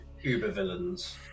uber-villains